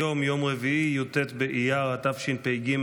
היום יום רביעי י"ט באייר התשפ"ג,